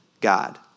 God